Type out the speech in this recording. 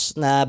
na